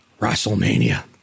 WrestleMania